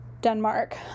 Denmark